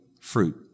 fruit